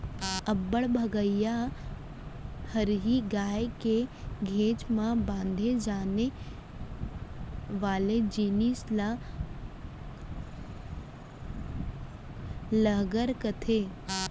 अब्बड़ भगइया हरही गाय के घेंच म बांधे जाने वाले जिनिस ल लहँगर कथें